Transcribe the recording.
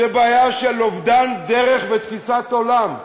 זו בעיה של אובדן דרך ותפיסת עולם.